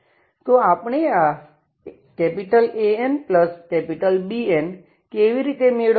તો આપણે આ AnBn કેવી રીતે મેળવીશું